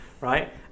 Right